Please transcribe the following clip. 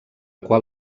qual